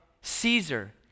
Caesar